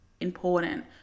important